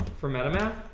for metamath